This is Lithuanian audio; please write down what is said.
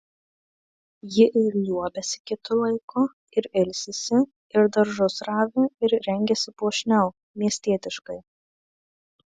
ji ir liuobiasi kitu laiku ir ilsisi ir daržus ravi ir rengiasi puošniau miestietiškai